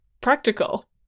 practical